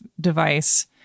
device